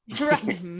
right